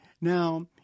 Now